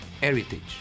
heritage